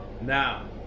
Now